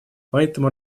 поэтому